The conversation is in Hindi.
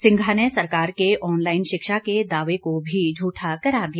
सिंघा ने सरकार के आनलाइन शिक्षा के दावे को भी झूठा करार दिया